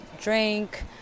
drink